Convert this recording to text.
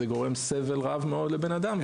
זה גורם סבל רב מאוד לבן אדם.